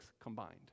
combined